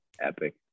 epic